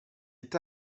est